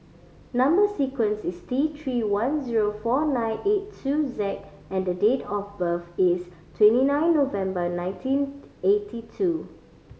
number sequence is T Three one zero four nine eight two Z and the date of birth is twenty nine November nineteen eighty two